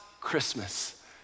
Christmas